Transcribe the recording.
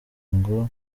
ngo